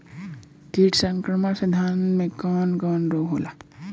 कीट संक्रमण से धान में कवन कवन रोग होला?